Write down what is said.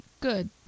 good